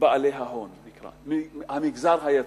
בעלי ההון, המגזר היצרני,